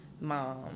mom